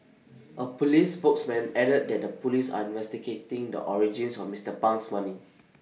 A Police spokesman added that the Police are investigating the origins of Mister Pang's money